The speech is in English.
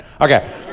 Okay